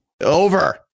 Over